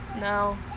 No